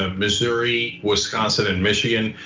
ah missouri, wisconsin, and michigan,